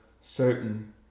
certain